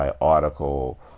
article